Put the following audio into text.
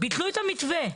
ביטלו את המתווה.